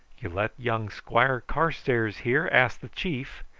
you let young squire carstairs here ask the chief,